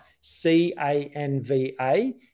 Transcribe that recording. C-A-N-V-A